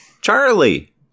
Charlie